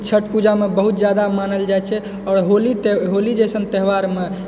छठ पूजामे बहुत जादा मानल जाइ छै आओर होली तऽ होली जैसन त्योहारमे